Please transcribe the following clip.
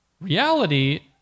reality